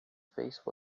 face